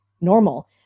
normal